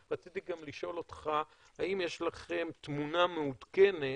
ורציתי גם לשאול אותך: האם יש לכם תמונה מעודכנת